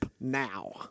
now